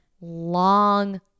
long